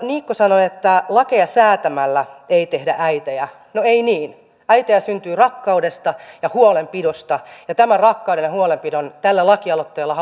niikko sanoi että lakeja säätämällä ei tehdä äitejä no ei niin äitejä syntyy rakkaudesta ja huolenpidosta ja tämä rakkaus ja huolenpito tällä lakialoitteella